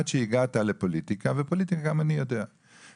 עד שהגעת לפוליטיקה ופוליטי גם אני יודע --- מה זאת אומרת?